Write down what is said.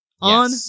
on